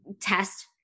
test